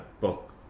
book